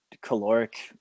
caloric